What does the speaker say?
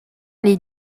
les